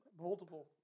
Multiple